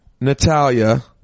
Natalia